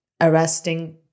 arresting